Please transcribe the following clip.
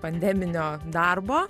pandeminio darbo